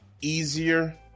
easier